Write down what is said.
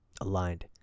Aligned